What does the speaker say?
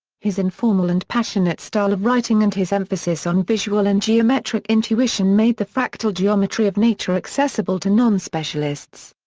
his informal and passionate style of writing and his emphasis on visual and geometric intuition made the fractal geometry of nature accessible to non-specialists.